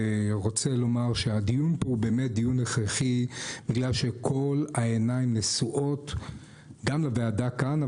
הדיון פה באמת דיון הכרחי בגלל שכל העיניים נשואות גם לוועדה כאן,